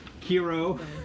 Kiro